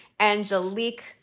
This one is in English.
Angelique